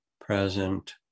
present